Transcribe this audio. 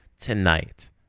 tonight